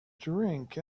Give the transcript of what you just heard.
drink